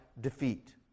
defeat